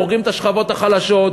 הורגים את השכבות החלשות,